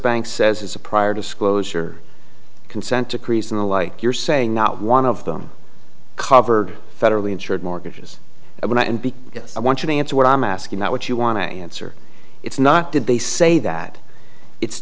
bank says is a prior disclosure consent decrees in the like you're saying not one of them covered federally insured mortgages and b i want you to answer what i'm asking not what you want to answer it's not did they say that it's